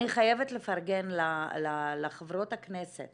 אני חייבת לפרגן לחברות הכנסת